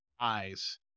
eyes